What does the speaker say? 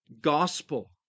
gospel